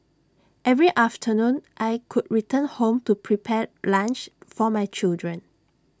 every afternoon I could return home to prepare lunch for my children